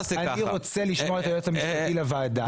אני רוצה לשמוע את היועץ המשפטי לוועדה.